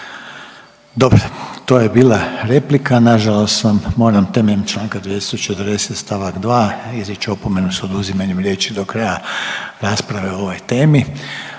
Dobro, to je bila replika, nažalost vam moram temeljem Članka 240. stavak 2. izreći opomenu s oduzimanjem riječi do kraja rasprave o ovoj temi,